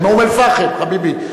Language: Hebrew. זה מאום-אל-פחם, חביבי.